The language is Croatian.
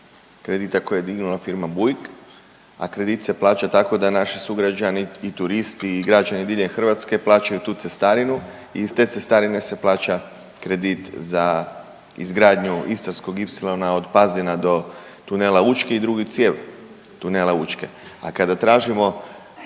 Kredita koji je dignula firma Bouygues, a kredit se plaća tako da naši sugrađani i turisti i građani diljem Hrvatske plaćaju tu cestarinu i iz te cestarine se plaća kredit za izgradnju Istarskog ipsilona od Pazina do tunela Učki i drugu cijev tunela Učke, a kada tražimo,